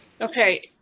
okay